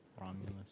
Romulus